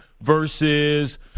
versus